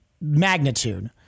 magnitude